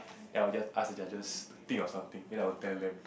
then I will just ask judges to think of something then I will tell them